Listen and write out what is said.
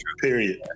period